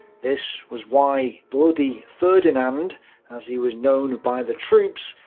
this was why bloody ferdinand as he was known by the troops,